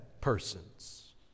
persons